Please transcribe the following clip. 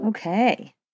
Okay